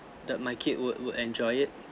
that my kid would would enjoy it